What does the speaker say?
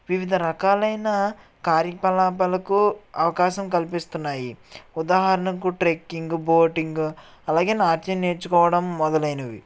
వివిధ రకాలయిన కార్యకలాపాలకు అవకాశం కల్పిస్తున్నాయి ఉదాహరణకు ట్రెక్కింగ్ బోటింగ్ అలాగే నాట్యం నేర్చుకోవడం మొదలైనవి